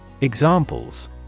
Examples